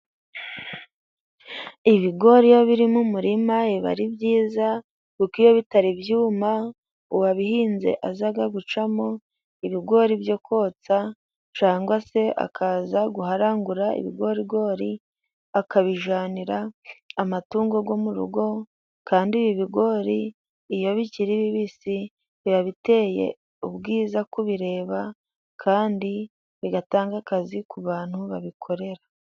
Ibigori iyo biri mu murima biba ari byiza, kuko iyo bitari byuma uwabihinze azaga gucamo ibigori byo kotsa cangwa se akaza guharangura ibigorigori, akabijanira amatungo gwo mu rugo, kandi ibi bigori iyo bikiri bibisi biba biteye ubwiza kubireba, kandi bigatanga akazi ku bantu babikorera.